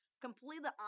Completely